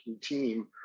team